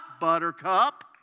buttercup